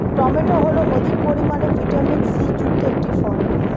tomato হল অধিক পরিমাণে ভিটামিন সি যুক্ত একটি ফল